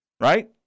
Right